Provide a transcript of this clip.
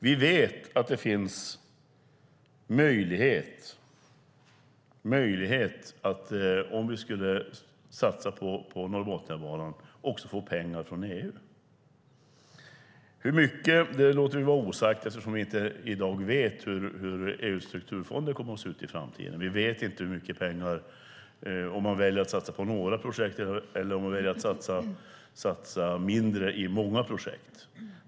Vi vet att det finns möjlighet att få pengar från EU om vi satsar på Norrbotniabanan. Hur mycket låter jag vara osagt eftersom vi inte vet hur EU:s strukturfonder kommer att se ut i framtiden. Vi vet inte om man kommer att satsa mycket på några projekt eller mindre i många projekt.